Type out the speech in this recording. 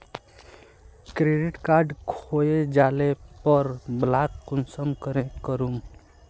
Credit card खोये जाले पर ब्लॉक कुंसम करे करूम?